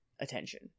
attention